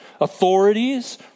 authorities